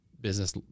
business